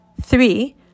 Three